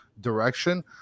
direction